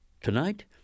Tonight